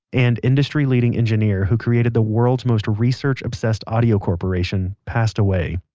and industry-leading engineer who created the world's most research-obsessed audio corporation, passed away,